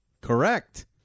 Correct